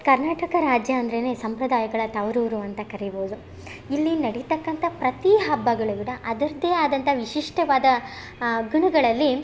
ಕರ್ನಾಟಕ ರಾಜ್ಯ ಅಂದರೇನೇ ಸಂಪ್ರದಾಯಗಳ ತವರೂರು ಅಂತ ಕರಿಬೋದು ಇಲ್ಲಿ ನಡಿತಕ್ಕಂಥ ಪ್ರತೀ ಹಬ್ಬಗಳು ಕೂಡ ಅದರದ್ದೇ ಆದಂಥ ವಿಶಿಷ್ಟವಾದ ಗುಣಗಳಲ್ಲಿ